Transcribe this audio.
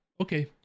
okay